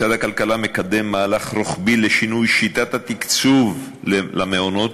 משרד הכלכלה מקדם מהלך רוחבי לשינוי שיטת תקצוב המעונות,